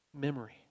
memory